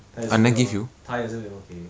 他也是没有他也是没有给